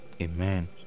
Amen